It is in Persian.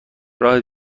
راه